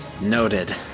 Noted